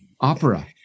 opera